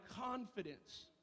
confidence